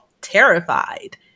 Terrified